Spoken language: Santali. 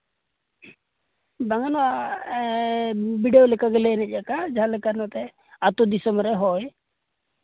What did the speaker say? ᱵᱟᱝᱼᱟ ᱱᱚᱣᱟ ᱵᱤᱰᱟᱹᱣ ᱞᱮᱠᱟ ᱜᱮᱞᱮ ᱦᱮᱡ ᱟᱠᱟᱜ ᱡᱟᱦᱟᱸ ᱞᱮᱠᱟ ᱱᱚᱛᱮ ᱟᱛᱳ ᱫᱤᱥᱚᱢ ᱨᱮ ᱦᱳᱭ